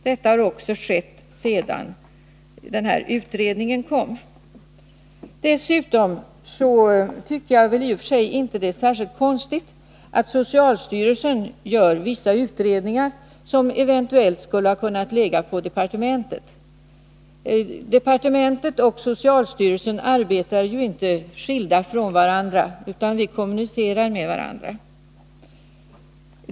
Detta har också skett sedan den här utredningen kom. Dessutom tycker jag att det i och för sig inte är särskilt konstigt att socialstyrelsen gör vissa utredningar som eventuellt skulle ha kunnat ligga på departementet. Departementet och socialstyrelsen arbetar ju inte skilda från varandra, utan vi kommunicerar med varandra.